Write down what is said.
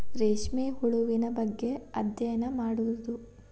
ರೇಶ್ಮೆ ಹುಳುವಿನ ಬಗ್ಗೆ ಅದ್ಯಯನಾ ಮಾಡುದು